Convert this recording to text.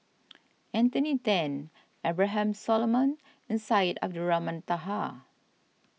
Anthony then Abraham Solomon and Syed Abdulrahman Taha